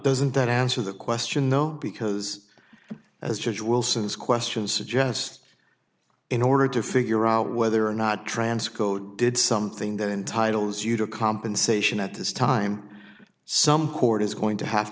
doesn't that answer the question no because as judge wilson's question suggests in order to figure out whether or not transco did something that entitles you to compensation at this time some court is going to have